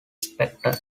spector